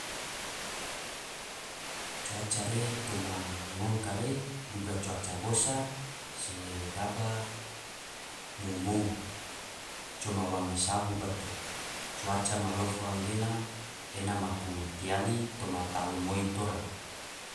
Cuaca re toma ngom kare duga cuaca bosa sedaba mou mou, coma wange sahu bato, cuaca malofo gena ena maku tiali toma tahun moi tora.